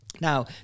Now